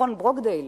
מכון ברוקדייל